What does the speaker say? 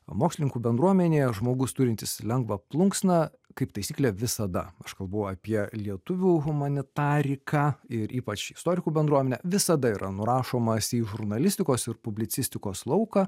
mokslininkų bendruomenėje žmogus turintis lengvą plunksną kaip taisyklė visada aš kalbu apie lietuvių humanitariką ir ypač istorikų bendruomenę visada yra nurašomas į žurnalistikos ir publicistikos lauką